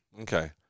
Okay